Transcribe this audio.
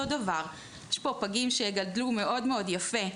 יש פה פגים שגדלו מאוד מאוד יפה,